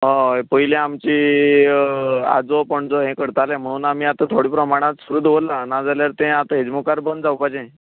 होय पयलीं आमचे आजो पणजो हें करतालें म्हणोन आमी आतां थोडे प्रमाणांत हो दवरलां नाजाल्यार तें आतां हेजे मुखार बंद जावपाचें